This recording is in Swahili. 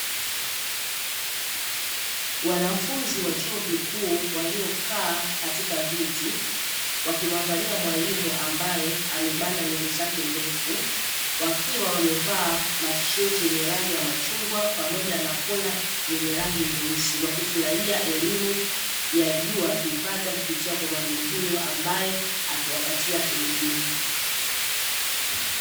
Wanafunzi wa chuo kikuu waliokaa katika viti, wakimuangalia mwalimu ambaye amebana nywele zake ndefu, wakiwa wamevaa matisheti yenye rangi ya machungwa pamoja na kora yenye rangi nyeusi, wakifurahia elimu ya juu, wakipata kupitia kwa mwalimu huyo ambaye akiwapatia elimu.